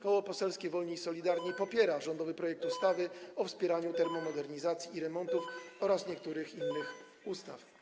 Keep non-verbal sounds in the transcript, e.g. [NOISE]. Koło Poselskie Wolni i Solidarni [NOISE] popiera rządowy projekt ustawy o zmianie ustawy o wspieraniu termomodernizacji i remontów oraz niektórych innych ustaw.